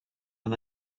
and